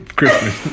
Christmas